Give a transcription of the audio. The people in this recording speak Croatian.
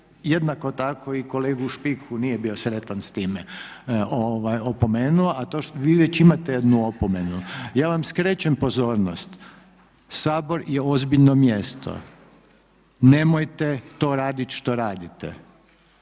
jednako tako i kolegu Špiku, nije bio sretan s time, opomenuo. A vi već imate jednu opomenu, ja vam skrećem pozornost Sabor je ozbiljno mjesto nemojte to raditi što radite.